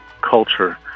culture